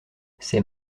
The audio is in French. ses